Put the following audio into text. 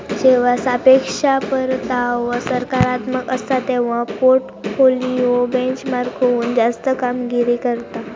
जेव्हा सापेक्ष परतावा सकारात्मक असता, तेव्हा पोर्टफोलिओ बेंचमार्कहुन जास्त कामगिरी करता